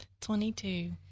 Twenty-two